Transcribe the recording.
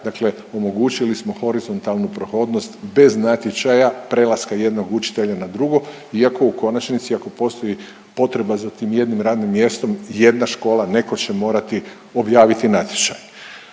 Dakle omogućili smo horizontalnu prohodnost bez natječaja prelaska jednog učitelja na drugo, iako u konačnici ako postoji potreba za tim jednim radnim mjestom, jedna škola netko će morati objaviti natječaj.